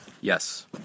Yes